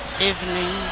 Evening